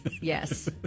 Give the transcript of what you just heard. Yes